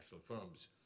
firms